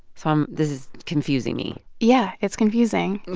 so i'm this is confusing me yeah, it's confusing.